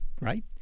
right